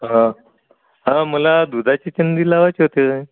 हा हा मला दुधाची चिंदी लावायचे होते